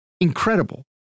incredible